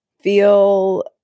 feel